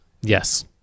Yes